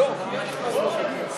מהאולם?